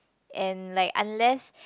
and like unless